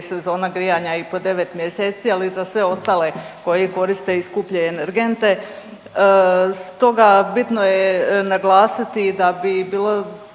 sezona grijanja i po 9 mjeseci, ali i za sve ostale koji koriste i skuplje energente. Stoga bitno je naglasiti da bi bilo